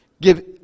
Give